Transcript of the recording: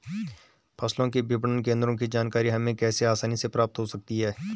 फसलों के विपणन केंद्रों की जानकारी हमें कैसे आसानी से प्राप्त हो सकती?